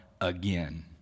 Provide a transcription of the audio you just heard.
again